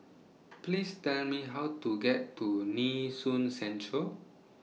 Please Tell Me How to get to Nee Soon Central